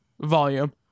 volume